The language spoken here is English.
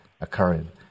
occurring